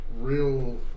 real